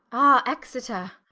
ah exeter